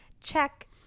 Check